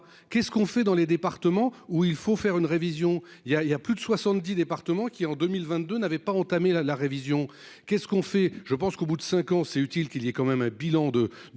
Qu'est-ce qu'on fait dans les départements où il faut faire une révision, il y a il y a plus de 70 départements qui en 2022 n'avaient pas entamé la la révision, qu'est-ce qu'on fait, je pense qu'au bout de 5 ans, c'est utile qu'il y a quand même un bilan de